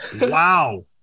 Wow